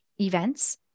events